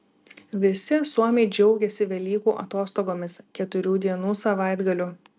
visi suomiai džiaugiasi velykų atostogomis keturių dienų savaitgaliu